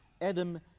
Adam